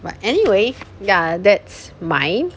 but anyway ya that's mine